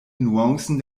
nuancen